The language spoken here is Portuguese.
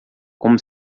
como